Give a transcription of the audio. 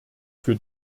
für